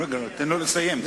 רגע, תן לו לסיים.